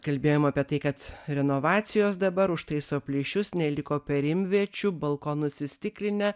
kalbėjom apie tai kad renovacijos dabar užtaiso plyšius neliko perimviečių balkonus įstiklinę